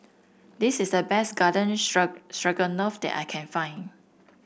this is the best Garden Stroganoff that I can find